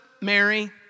Mary